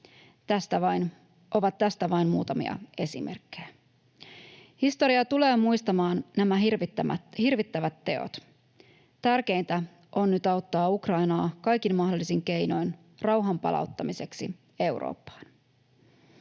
ovat vain muutamia esimerkkejä. Historia tulee muistamaan nämä hirvittävät teot. Tärkeintä on nyt auttaa Ukrainaa kaikin mahdollisin keinoin rauhan palauttamiseksi Eurooppaan.